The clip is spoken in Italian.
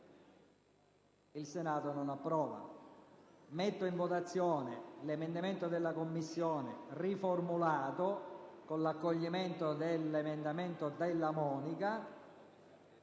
**Il Senato non approva.**